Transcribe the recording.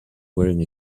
wearing